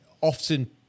often